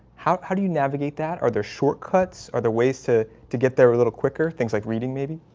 how how do you navigate that? are there shortcuts are there ways to to get there a little quicker things like reading maybe